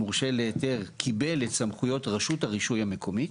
המורשה להיתר קיבל את סמכויות רשות הרישוי המקומית,